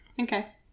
Okay